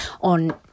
on